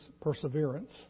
perseverance